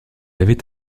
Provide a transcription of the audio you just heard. avait